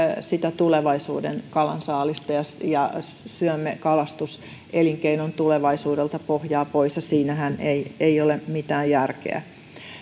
tulevaisuuden kalansaalista ja ja syömme kalastuselinkeinon tulevaisuudelta pohjaa pois ja siinähän ei ei ole mitään järkeä